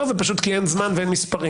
הזה פשוט כי אין זמן ואין מספרים.